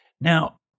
Now